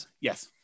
Yes